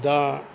दा